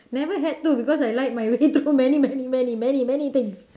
never had to because I lied my way through many many many many many things